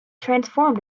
transformed